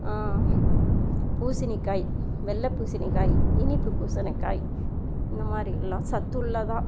பூசணிக்காய் வெள்ளை பூசணிக்காய் இனிப்பு பூசணிக்காய் இந்த மாதிரி எல்லாம் சத்துள்ளதாக